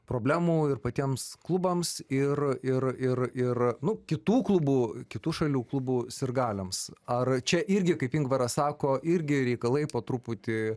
problemų ir patiems klubams ir ir ir ir nu kitų klubų kitų šalių klubų sirgaliams ar čia irgi kaip ingvaras sako irgi reikalai po truputį